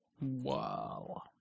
Wow